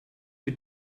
für